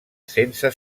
sense